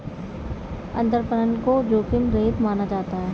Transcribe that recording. अंतरपणन को जोखिम रहित माना जाता है